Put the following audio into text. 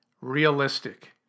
realistic